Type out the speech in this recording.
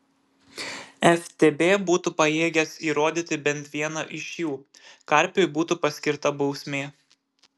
ftb būtų pajėgęs įrodyti bent vieną iš jų karpiui būtų paskirta bausmė